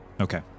Okay